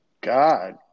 God